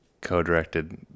co-directed